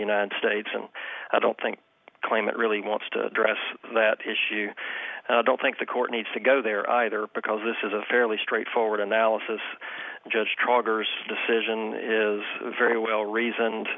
united states and i don't think claimant really wants to address that issue you don't think the court needs to go there either because this is a fairly straightforward analysis judge stronger decision is very well reasoned